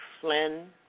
Flynn